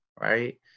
right